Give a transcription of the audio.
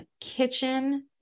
kitchen